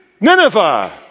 Nineveh